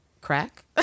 Crack